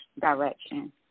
direction